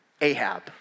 Ahab